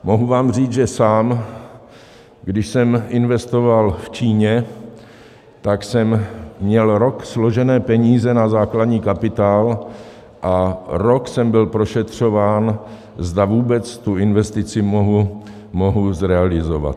Mohu vám říct, že sám, když jsem investoval v Číně, tak jsem měl rok složené peníze na základní kapitál a rok jsem byl prošetřován, zda vůbec tu investici mohu zrealizovat.